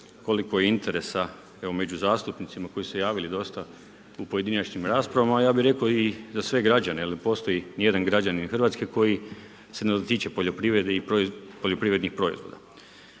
koliko je interesa među zastupnicima koji su se javili dosta u pojedinačnim raspravama, ja bih rekao i za sve građane jer ne postoji ne jedan građanin RH kojeg se ne dotiče poljoprivreda i